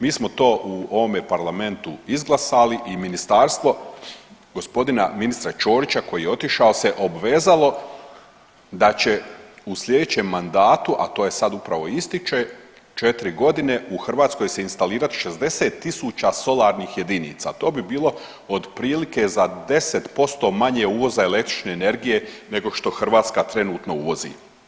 Mi smo to u ovome parlamentu izglasalo i ministarstvo g. ministra Ćorića koji je otišao se obvezalo da će u slijedećem mandatu, a to je sad upravo ističe 4.g. u Hrvatskoj se instalirat 60 tisuća solarnih jedinica, to bi bilo otprilike za 10% manje uvoza električne energije nego što Hrvatska trenutno uvozi.